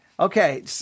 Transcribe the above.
Okay